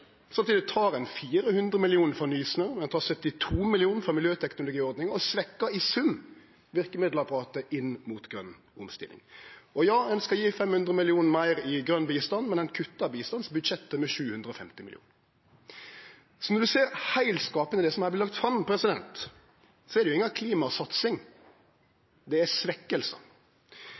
Samtidig tek ein 400 mill. kr frå Nysnø. Ein tek 72 mill. kr frå miljøteknologiordninga og svekkjer i sum verkemiddelapparatet inn mot grøn omstilling. Ein skal gje 500 mill. kr meir i grøn bistand, men ein kuttar bistandsbudsjettet med 750 mill. kr. Så når vi ser heilskapen i dette som er vorte lagt fram, er det inga klimasatsing. Det er